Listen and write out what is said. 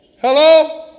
Hello